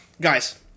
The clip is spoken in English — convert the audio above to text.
Guys